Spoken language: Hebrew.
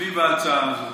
סביב ההצעה הזאת,